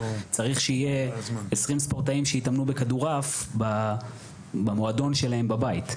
צריכים שיהיו 20 ספורטאים שהתאמנו בכדור עף במועדון שלהם בבית,